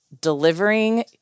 delivering